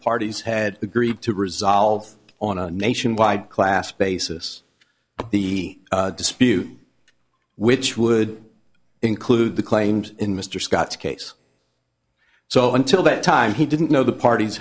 parties had agreed to resolve on a nationwide class basis the dispute which would include the claims in mr scott's case so until that time he didn't know the parties